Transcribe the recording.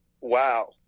wow